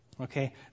Okay